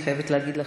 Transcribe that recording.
אני חייבת להגיד לך,